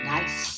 Nice